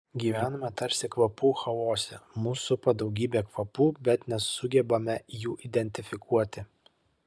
gyvename tarsi kvapų chaose mus supa daugybė kvapų bet nesugebame jų identifikuoti